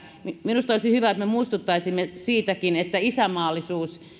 minusta olisi hyvä että me muistuttaisimme siitäkin että isänmaallisuus